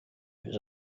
there